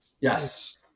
Yes